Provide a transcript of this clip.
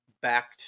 back